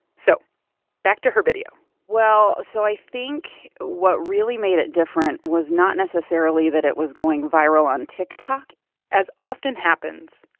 so back to her video well, so i think what really made it different was not necessarily that it was going viral on tiktok as often happens,